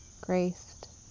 graced